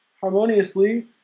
harmoniously